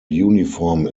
uniform